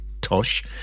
tosh